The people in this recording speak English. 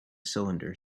cylinder